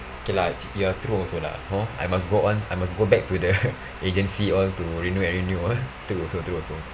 okay lah true also lah hor I must go on I must go back to the agency all to renew and renew ah true also true also